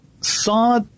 saw